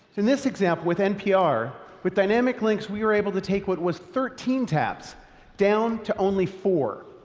in this example with npr, with dynamic links, we were able to take what was thirteen taps down to only four.